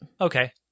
Okay